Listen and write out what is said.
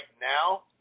now